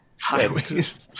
highways